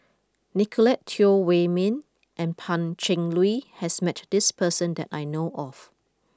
Nicolette Teo Wei Min and Pan Cheng Lui has met this person that I know of